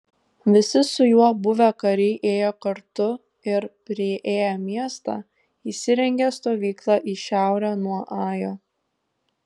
visi su juo buvę kariai ėjo kartu ir priėję miestą įsirengė stovyklą į šiaurę nuo ajo